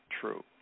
true